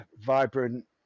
Vibrant